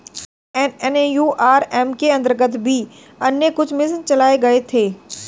JNNURM के अंतर्गत भी अन्य कुछ मिशन चलाए गए थे